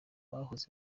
bahoze